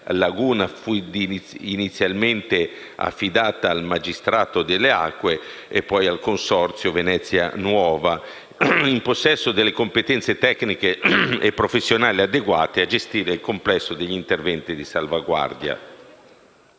laguna fu inizialmente affidata al Magistrato alle acque e poi al Consorzio Venezia nuova, in possesso delle competenze tecniche e professionali adeguate a gestire il complesso degli interventi di salvaguardia.